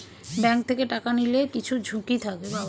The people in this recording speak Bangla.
ব্যাঙ্ক থেকে টাকা নিলে কিছু ঝুঁকি থাকে